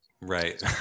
right